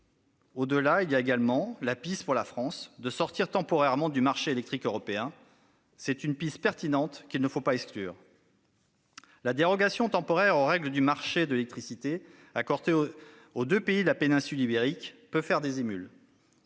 Au-delà, il y a également la piste pour la France de sortir temporairement du marché électrique européen. C'est une piste pertinente qu'il ne faut pas exclure. La dérogation temporaire aux règles du marché de l'électricité accordée aux deux pays de la péninsule ibérique peut faire des émules.